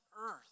earth